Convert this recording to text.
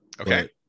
okay